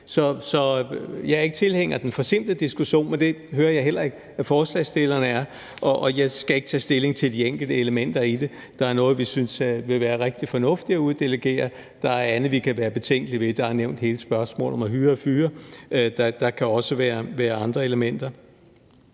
Så jeg er ikke tilhænger af den forsimplede diskussion, men det hører jeg heller ikke at forslagsstillerne er, og jeg skal ikke tage stilling til de enkelte elementer i det. Der er noget, vi synes vil være rigtig fornuftigt at uddelegere. Der er andet, vi kan være betænkelige ved – der er nævnt hele spørgsmålet om at hyre og fyre, og der kan også være andre elementer.